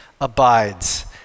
abides